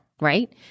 right